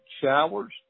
showers